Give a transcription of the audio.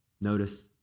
Notice